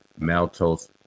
maltose